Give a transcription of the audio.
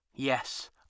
Yes